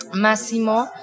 Máximo